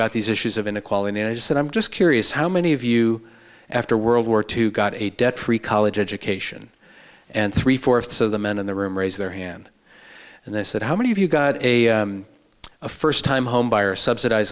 about these issues of inequality and i just said i'm just curious how many of you after world war two got a debt free college education and three fourths of the men in the room raise their hand and they said how many of you got a first time homebuyer subsidize